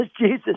Jesus